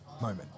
moment